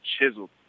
chiseled